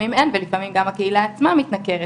ולפעמים אין ולפעמים גם הקהילה עצמה מתנכרת